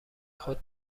خود